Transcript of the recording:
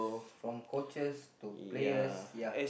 is from coaches to players ya